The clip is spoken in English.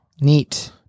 Neat